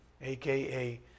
aka